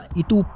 itu